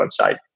website